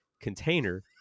container